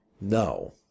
No